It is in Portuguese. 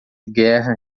guerra